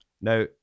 Now